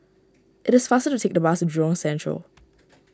it is faster to take the bus to Jurong Central